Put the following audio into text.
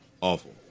awful